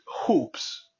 hoops